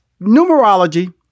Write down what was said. numerology